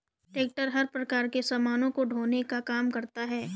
tractor हर प्रकार के सामानों को ढोने का काम करता है